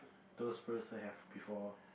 those peers I have before